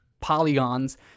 polygons